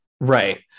right